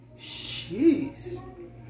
Jeez